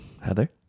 Heather